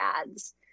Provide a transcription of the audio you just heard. ads